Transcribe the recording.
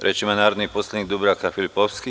Reč ima narodni poslanik Dubravka Filipovski.